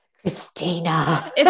christina